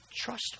Trust